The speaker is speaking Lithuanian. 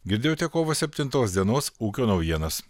girdėjote kovo septintos dienos ūkio naujienas